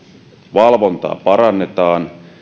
valvontaa parannetaan